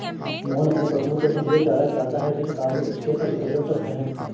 मोहन अपने पशुओं को संतुलित चारा खिलाता है जिस कारण उसके पशु एकदम स्वस्थ हैं